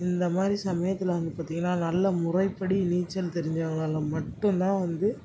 இந்த மாதிரி சமயத்தில் வந்து பார்த்திங்கன்னா நல்ல முறைப்படி நீச்சல் தெரிஞ்சவங்களால மட்டும் தான் வந்து